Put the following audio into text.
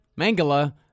mangala